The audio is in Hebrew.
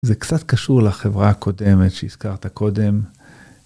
זה קצת קשור לחברה הקודמת שהזכרת קודם,